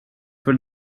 for